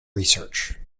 research